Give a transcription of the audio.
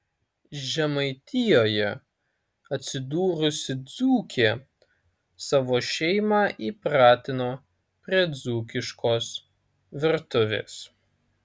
žemaitijoje atsidūrusi dzūkė savo šeimą įpratino prie dzūkiškos virtuvės